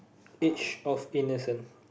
each of innocence